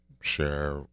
share